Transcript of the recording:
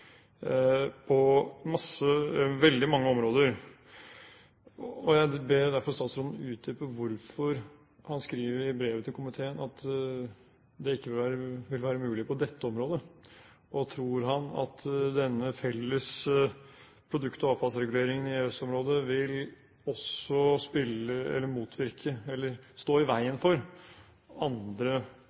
veldig mange områder. Jeg ber derfor statsråden utdype hvorfor han skriver i brevet til komiteen at det ikke vil være mulig på dette området. Tror han at denne felles produkt- og avfallsreguleringen i EØS-området vil stå i veien for andre